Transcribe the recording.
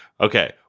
Okay